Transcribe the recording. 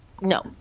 no